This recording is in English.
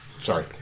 sorry